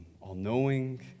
all-knowing